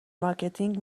مارکتینگ